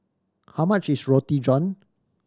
how much is Roti John